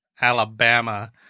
Alabama